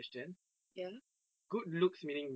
good looks meaning